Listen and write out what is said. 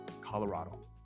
Colorado